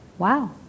Wow